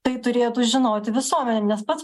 tai turėtų žinoti visuomenė nes pats